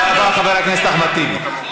תודה רבה, חבר הכנסת אחמד טיבי.